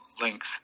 links